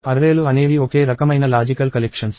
అర్రేలు అనేవి ఒకే రకమైన లాజికల్ కలెక్షన్స్